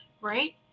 right